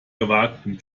gewagten